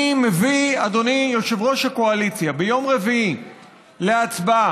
אני מביא, אדוני יושב-ראש הקואליציה, להצבעה